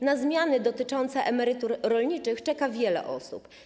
Na zmiany dotyczące emerytur rolniczych czeka wiele osób.